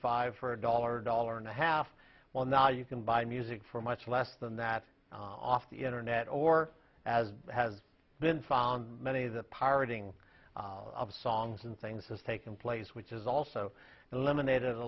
five for a dollar dollar and a half well now you can buy music for much less than that off the internet or as has been found many the pirating of songs and things has taken place which is also eliminated a